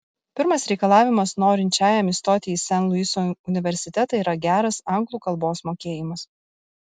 pirmas reikalavimas norinčiajam įstoti į sen luiso universitetą yra geras anglų kalbos mokėjimas